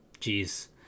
Jeez